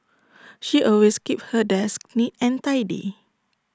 she always keeps her desk neat and tidy